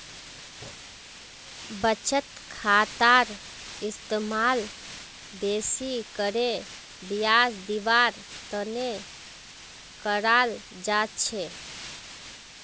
बचत खातार इस्तेमाल बेसि करे ब्याज दीवार तने कराल जा छे